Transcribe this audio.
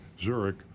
Zurich